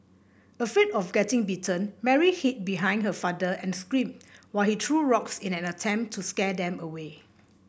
afraid of getting bitten Mary hid behind her father and screamed while he threw rocks in an attempt to scare them away